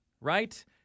right